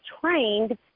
trained